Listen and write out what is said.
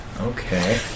Okay